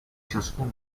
ciascun